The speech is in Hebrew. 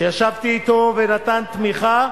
שישבתי אתו ונתן תמיכה,